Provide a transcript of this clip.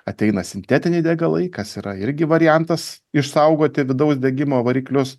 ateina sintetiniai degalai kas yra irgi variantas išsaugoti vidaus degimo variklius